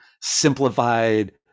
simplified